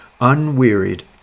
unwearied